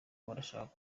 barashaka